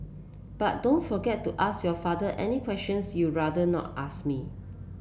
but don't forget to ask your father any questions you'd rather not ask me